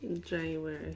January